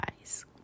guys